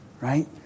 right